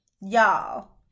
Y'all